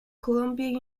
columbia